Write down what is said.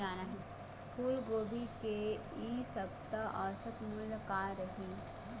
फूलगोभी के इ सप्ता औसत मूल्य का रही?